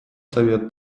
совет